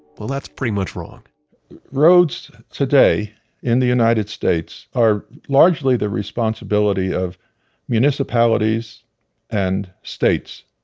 well, that's pretty much wrong roads today in the united states are largely the responsibility of municipalities and states.